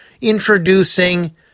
introducing